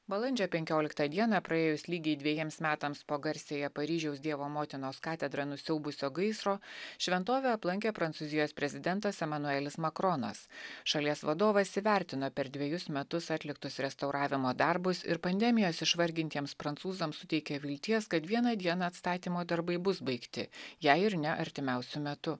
balandžio penkioliktą dieną praėjus lygiai dvejiems metams po garsiąją paryžiaus dievo motinos katedrą nusiaubusio gaisro šventovę aplankė prancūzijos prezidentas emanuelis makronas šalies vadovas įvertino per dvejus metus atliktus restauravimo darbus ir pandemijos išvargintiems prancūzams suteikė vilties kad vieną dieną atstatymo darbai bus baigti jei ir ne artimiausiu metu